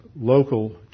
local